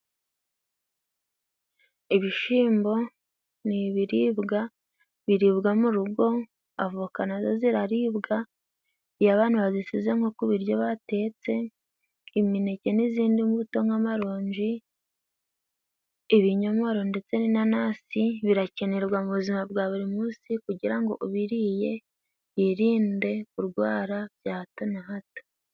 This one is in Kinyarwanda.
Ibishimbo ni ibiribwa biribwa mu rugo, avokana na zo ziraribwa, iyo abantu bazisize nko ku biryo batetse, imineke n'izindi mbuto nk'amaronji, ibinyomoro ndetse n'inanasi birakenerwa mu buzima bwa buri munsi, kugira ngo ubiririye yirinde kurwara bya hato na hato.